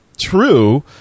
true